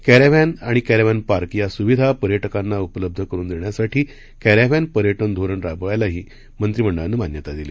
caravan आणि caravan park या सुविधा पर्यटकांना उपलब्ध करुन देण्यासाठी कॅरव्हॅन पर्यटन धोरण राबवण्यालाही मंत्रिमंडळानं मान्यता दिली